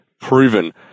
proven